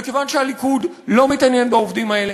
וכיוון שהליכוד לא מתעניין בעובדים האלה,